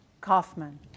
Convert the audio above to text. Kaufman